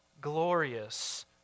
glorious